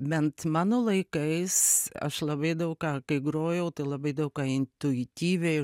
bent mano laikais aš labai daug ką kai grojau tai labai daug ką intuityviai